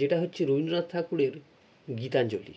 যেটা হচ্ছে রবীন্দ্রনাথ ঠাকুরের গীতাঞ্জলি